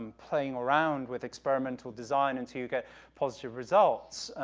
um playing around with experimental design until you get positive results,